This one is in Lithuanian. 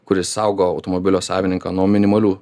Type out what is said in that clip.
kuris saugo automobilio savininką nuo minimalių